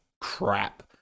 crap